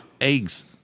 Eggs